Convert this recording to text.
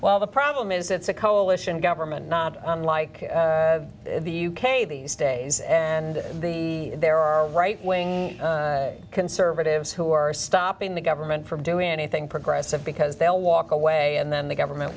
well the problem is it's a coalition government not unlike the u k these days and the there are right wing conservatives who are stopping the government from doing anything progressive because they'll walk away and then the government